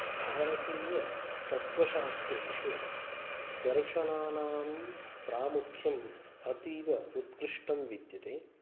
भारतीयतत्त्वशास्त्रेषु दर्शनानां प्रामुख्यम् अतीव उत्कृष्टं विद्यते